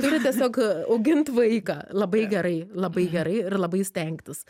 turi tiesiog augint vaiką labai gerai labai gerai ir labai stengtis